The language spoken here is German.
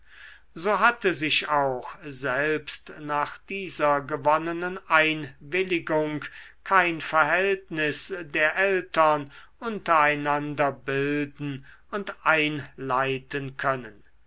so hatte sich auch selbst nach dieser gewonnenen einwilligung kein verhältnis der eltern untereinander bilden und einleiten können